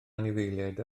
anifeiliaid